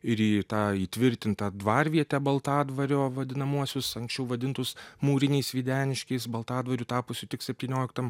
ir į tą įtvirtintą dvarvietę baltadvario vadinamuosius anksčiau vadintus mūriniais videniškiais baltadvariu tapusiu tik septynioliktam